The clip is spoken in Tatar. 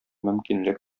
мөмкинлек